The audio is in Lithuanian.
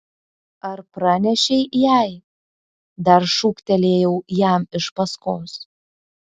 ar pranešei jai dar šūktelėjau jam iš paskos